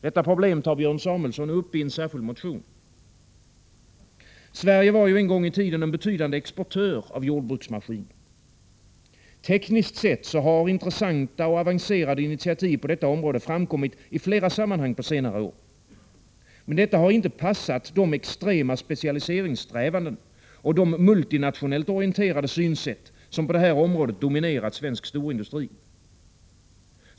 Detta problem tar Björn Samuelson upp i en särskild motion. Sverige var ju en gång en betydande exportör av jordbruksmaskiner. Tekniskt sett har intressanta och avancerade initiativ på detta område framkommit i flera sammanhang på senare år. Men detta har inte passat de extrema specialiseringssträvanden och de multinationellt orienterade synsätt som på det här området dominerat svensk storindustri.